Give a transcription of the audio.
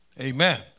Amen